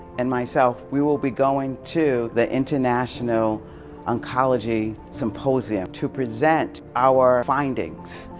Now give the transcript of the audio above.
and myself, we will be going to the international oncology symposium to present our findings.